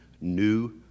new